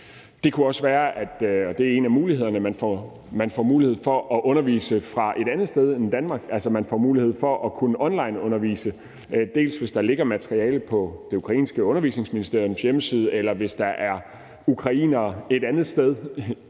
Det kan også være, og det er en af mulighederne, at man kan undervise fra et andet sted end Danmark, at man altså får mulighed for at undervise online, hvis der ligger materiale på det ukrainske undervisningsministeriums hjemmeside, eller hvis der er ukrainere et andet sted i verden